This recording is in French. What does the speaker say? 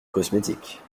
cosmétique